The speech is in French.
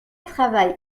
travail